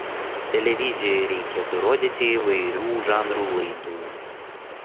televizijoje reikėtų rodyti įvairių žanrų laidų